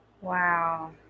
Wow